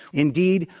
indeed,